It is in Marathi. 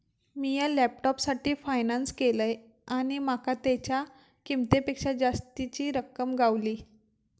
मिया लॅपटॉपसाठी फायनांस केलंय आणि माका तेच्या किंमतेपेक्षा जास्तीची रक्कम गावली